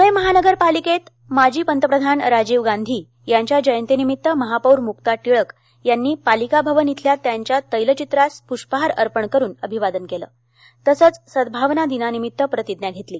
प्णे महानगरपालिकेत माजी पंतप्रधान राजीव गांधी यांच्या जयंती निमित्त महापौर मुक्ता टिळक यांनी पालिका भवन इथल्या त्यांच्या तैलचित्रास प्ष्पहार अर्पण करून अभिवादन केले तसंच सदभावना दिनानिमित्त प्रतिज्ञा घेतली